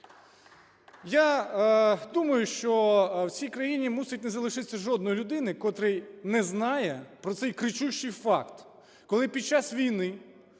Я думаю, що в цій країні мусить не залишитися жодної людини, котра не знає про цей кричущий факт. Коли під час війни